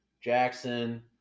Jackson